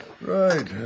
Right